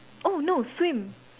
oh no swim